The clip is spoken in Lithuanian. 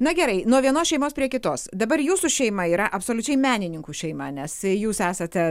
na gerai nuo vienos šeimos prie kitos dabar jūsų šeima yra absoliučiai menininkų šeima nes jūs esate